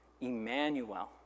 Emmanuel